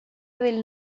del